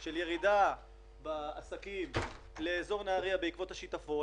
של ירידה בעסקים לאזור נהריה בעקבות השיטפון,